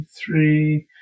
three